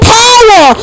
power